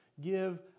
give